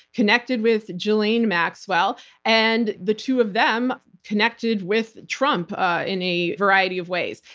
connected with ghislaine maxwell and the two of them connected with trump ah in a variety of ways.